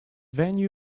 venue